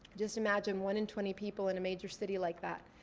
just imagine one in twenty people in a major city like that.